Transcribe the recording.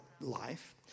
life